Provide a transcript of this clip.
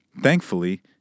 Thankfully